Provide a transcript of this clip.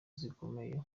zikomeye